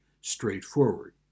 straightforward